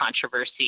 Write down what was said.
controversy